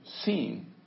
seen